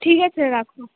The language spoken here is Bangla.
ঠিক আছে রাখুন